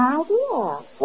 idea